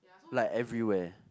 like everywhere